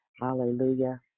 Hallelujah